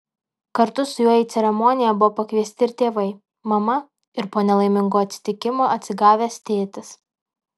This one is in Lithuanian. kartu su juo į ceremoniją buvo pakviesti ir tėvai mama ir po nelaimingo atsitikimo atsigavęs tėtis